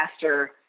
faster